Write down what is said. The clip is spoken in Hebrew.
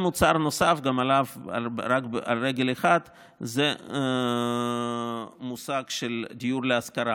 מוצר נוסף, גם עליו רק על רגל אחת, זה דיור להשכרה